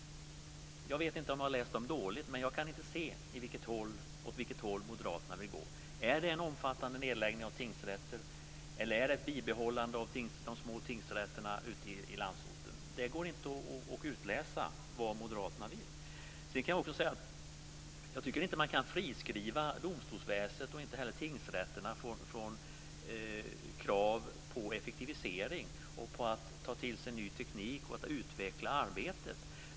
Jag vet inte om jag har läst dem dåligt, men jag kan inte se åt vilket håll moderaterna vill gå. Vill man ha en omfattande nedläggning av tingsrätter eller vill man behålla de små tingsrätterna ute i landsorten? Det går inte att utläsa vad moderaterna vill. Sedan tycker jag inte att man kan friskriva domstolsväsendet och inte heller tingsrätterna från krav på effektivisering, på att ta till sig ny teknik och på att utveckla arbetet.